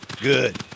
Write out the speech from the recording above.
Good